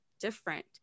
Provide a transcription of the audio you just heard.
different